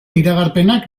iragarpenak